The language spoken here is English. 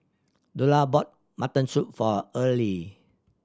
Lula bought mutton soup for Earlie